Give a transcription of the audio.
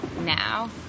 now